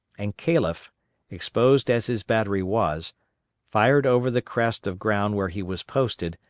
and calef exposed as his battery was fired over the crest of ground where he was posted,